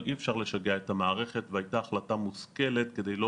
אבל אי אפשר לשגע את המערכת והייתה החלטה מושכלת כדי לא